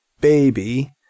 baby